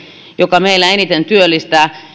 joka meillä eniten työllistää